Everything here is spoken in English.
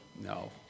No